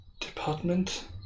Department